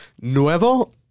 nuevo